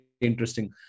interesting